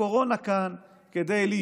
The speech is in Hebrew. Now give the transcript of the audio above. כמובן,